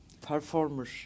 performer